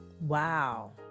Wow